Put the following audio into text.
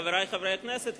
חברי חברי הכנסת,